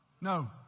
No